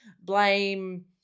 blame